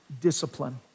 discipline